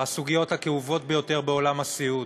הסוגיות הכאובות ביותר בעולם הסיעוד.